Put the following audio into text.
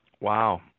wow